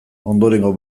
ondorengo